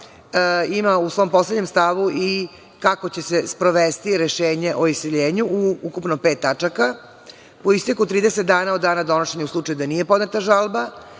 ima u svom poslednjem stavu i kako će se sprovesti rešenje o iseljenju u ukupno pet tačaka. Po isteku 30 dana od dana donošenja u slučaju da nije podnete žalba,